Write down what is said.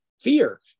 fear